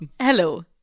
Hello